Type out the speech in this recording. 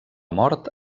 mort